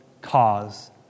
cause